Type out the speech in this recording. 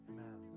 Amen